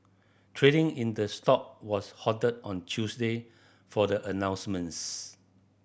trading in the stock was halted on Tuesday for the announcements